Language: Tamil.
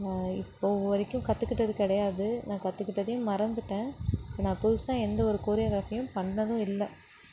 இப்போ வரைக்கும் கற்றுக்கிட்டது கிடையாது நான் கற்றுக்கிட்டதையும் மறந்துவிட்டேன் நான் புதுசாக எந்த ஒரு கொரியோகிராஃபியும் பண்ணதும் இல்லை